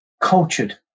cultured